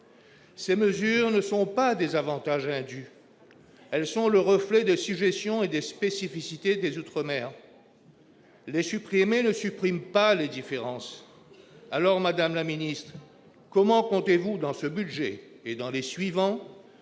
Ces mesures ne sont pas des avantages indus. Elles sont le reflet des sujétions et des spécificités des outre-mer. Les supprimer ne supprime pas les différences ! Madame la ministre, dans ce budget et dans les budgets